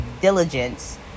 diligence